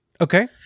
okay